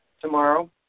tomorrow